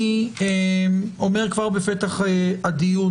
אומר כבר בפתח הדיון